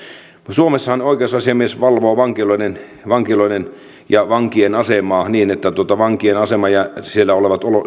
suomessahan oikeusasiamies valvoo vankiloiden vankiloiden ja vankien asemaa niin että vankien asema ja